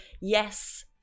yes